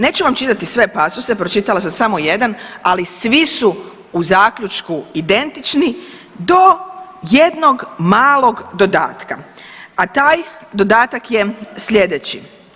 Neću vam čitati sve pasose, pročitala sam samo jedan, ali svi su u zaključku identični do jednog malog dodatka, a taj dodatak je slijedeći.